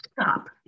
stop